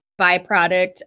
byproduct